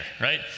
right